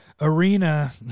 Arena